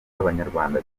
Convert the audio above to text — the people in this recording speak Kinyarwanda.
abanyarwanda